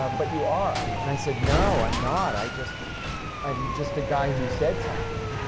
um but you are, and i said, no, i'm not. i just i'm just a guy who said something.